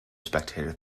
spectator